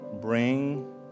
bring